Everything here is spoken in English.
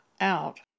out